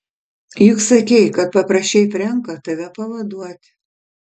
juk sakei kad paprašei frenką tave pavaduoti